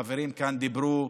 חברים כאן דיברו